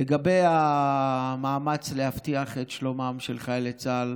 לגבי המאמץ להבטיח את שלומם של חיילי צה"ל